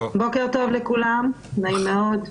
נעים מאוד.